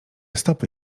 stopy